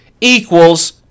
equals